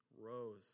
rose